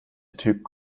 typ